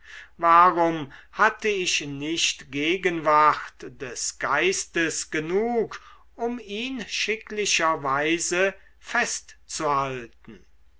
warum hatt ich nicht gegenwart des geistes genug um ihn schicklicherweise festzuhalten